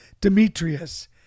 Demetrius